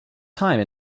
time